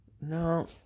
No